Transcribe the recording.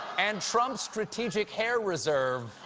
and trump's strategic hair reserve,